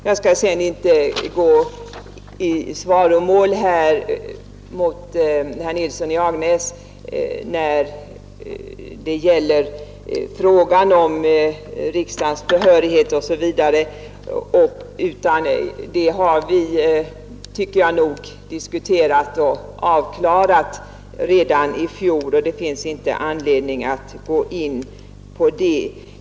Jag skall inte gå i svaromål när det gäller frågan om riksdagens behörighet. Det ämnet diskuterade vi och klarade av redan i fjol. Det finns ingen anledning att gå in på det.